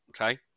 okay